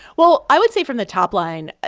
well, i would say, from the top line,